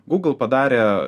gūgl padarė